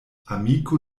amiko